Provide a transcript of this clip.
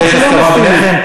יש הסכמה ביניכם?